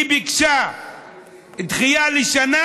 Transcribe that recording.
היא ביקשה דחייה לשנה.